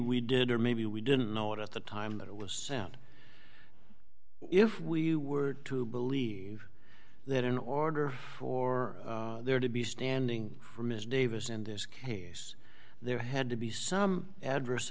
we did or maybe we didn't know it at the time that it was sound if we were to believe that in order for there to be standing for ms davis in this case there had to be some adverse